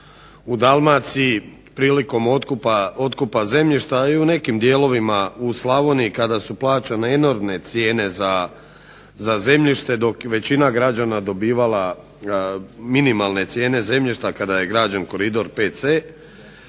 u Dalmaciji prilikom otkupa zemljišta i u nekim dijelovima u Slavoniji kada su plaćane enormne cijene za zemljište dok je većina građana dobivala minimalne cijene zemljište kada je građen koridor VC